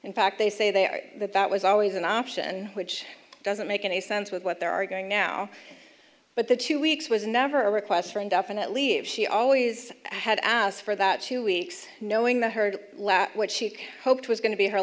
in fact they say they are that that was always an option which doesn't make any sense with what they are going now but the two weeks was never a request for indefinite leave she always had asked for that two weeks knowing that heard what she hoped was going to be her